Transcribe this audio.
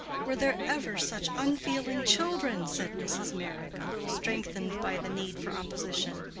were there ever such unfeeling children? said mrs. meyrick, a little strengthened by the need for opposition.